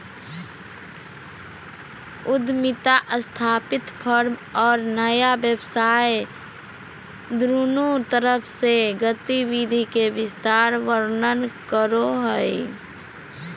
उद्यमिता स्थापित फर्म और नया व्यवसाय दुन्नु तरफ से गतिविधि के विस्तार वर्णन करो हइ